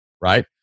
right